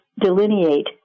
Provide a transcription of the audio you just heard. delineate